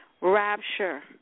rapture